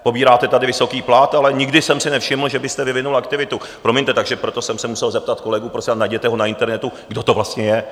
Pobíráte tady vysoký plat, ale nikdy jsem si nevšiml, že byste vyvinul aktivitu, promiňte, takže proto jsem se musel zeptat kolegů prosím vás, najděte ho na internetu, kdo to vlastně je.